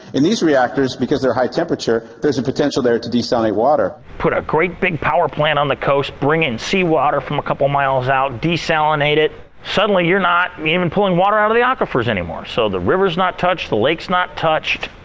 in these reactors, because they're high temperature, there is a potential there to desalinate water. put a great big power plant on the coast. bring in seawater from a couple miles out. desalinate it. suddenly you're not even and pulling water out of the aquifers anymore! so the river's not touched the lake's not touched,